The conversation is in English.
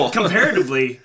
comparatively